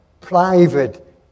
private